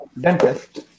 dentist